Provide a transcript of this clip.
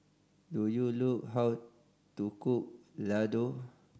do you know how to cook Ladoo